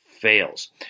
fails